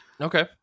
Okay